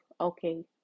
okay